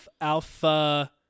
Alpha